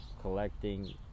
Collecting